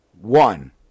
one